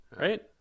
Right